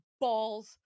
balls